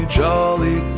jolly